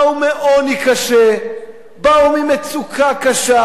באו מעוני קשה, באו ממצוקה קשה,